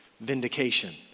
vindication